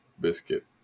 biscuit